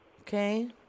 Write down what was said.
Okay